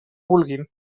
vulguin